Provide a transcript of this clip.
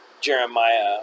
Jeremiah